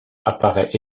apparaît